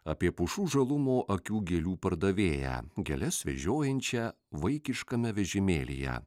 apie pušų žalumo akių gėlių pardavėją gėles vežiojančią vaikiškame vežimėlyje